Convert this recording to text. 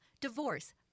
divorce